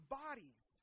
bodies